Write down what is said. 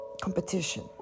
Competition